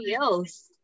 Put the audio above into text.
else